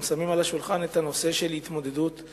הם שמים על השולחן את הנושא של התמודדות עם